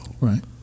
Right